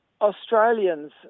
Australians